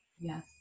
Yes